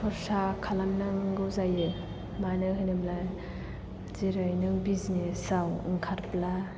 खरसा खालामनांगौ जायो मानो होनोब्ला जेरै नों बिजनेस आव ओंखारब्ला